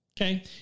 Okay